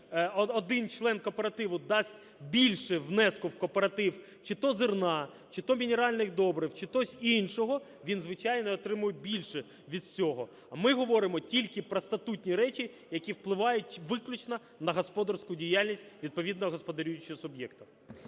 один член кооперативу дасть більше внеску в кооператив чи то зерна, чи то мінеральних добрив, чи чогось іншого, він, звичайно, отримує більше від цього. А ми говоримо тільки про статутні речі, які впливають виключно на господарську діяльність відповідного господарюючого суб'єкта.